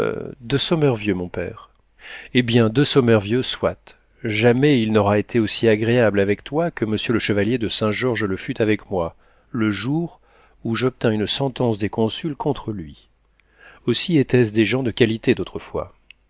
somm de sommervieux mon père eh bien de sommervieux soit jamais il n'aura été aussi agréable avec toi que m le chevalier de saint-georges le fut avec moi le jour où j'obtins une sentence des consuls contre lui aussi était-ce des gens de qualité d'autrefois